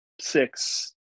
six